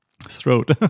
throat